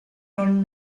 non